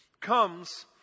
comes